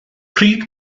pryd